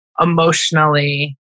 emotionally